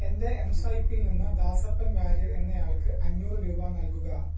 എൻ്റെ എം സ്വൈപ്പിൽ നിന്ന് ദാസപ്പൻ വാര്യർ എന്നയാൾക്ക് അഞ്ഞൂറ് രൂപ നൽകുക